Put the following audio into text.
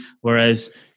whereas